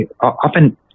Often